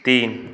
তিন